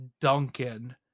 duncan